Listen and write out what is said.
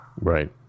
Right